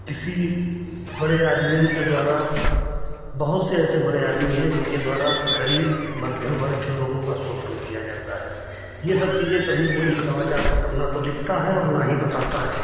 किसी बड़े आदमियों के द्वारा बहुत से ऐसे बड़े आदमी हैं जिनके द्वारा गरीब मध्यम वर्ग के लोगों का शोषण किया जाता है ये सब चीज़ें कभी कोई भी समाचार पत्र ना तो लिखता है ना ही बताता है